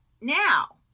Now